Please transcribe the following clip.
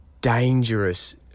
dangerous